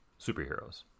superheroes